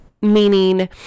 meaning